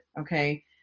okay